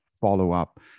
follow-up